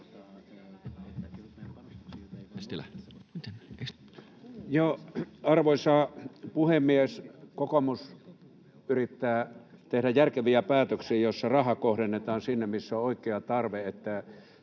Arvoisa puhemies! Kokoomus yrittää tehdä järkeviä päätöksiä, joissa raha kohdennetaan sinne, missä on oikea tarve. Te,